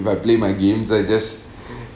if I play my games I just